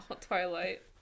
Twilight